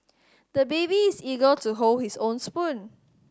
the baby is eager to hold his own spoon